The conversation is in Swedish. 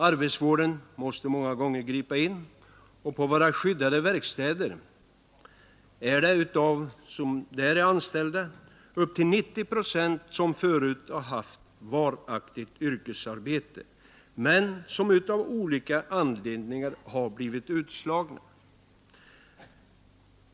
Arbetsvår den måste många gånger gripa in, och av dem som arbetar på våra skyddade verkstäder har upp till 90 procent förut haft varaktigt yrkesarbete men av olika anledningar blivit utslagna.